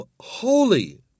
holy